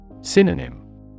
Synonym